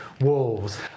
wolves